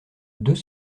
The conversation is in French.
deux